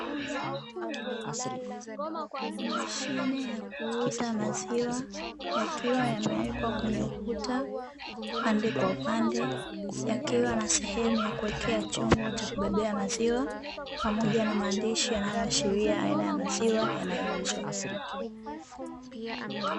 Mashine ya kuuza maziwa yakiwa yamewekwa kwenye ukuta upande kwa upande, yakiwa na sehemu ya kuwekea chombo cha kubebea maziwa pamoja na maandishi yanayoashiria aina ya maziwa yanayouzwa.